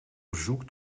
verzoek